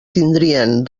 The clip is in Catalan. tindrien